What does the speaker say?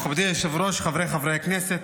מכובדי היושב-ראש, חבריי חברי הכנסת,